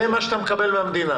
זה מה שאתה מקבל מהמדינה?